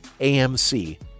AMC